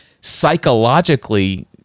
psychologically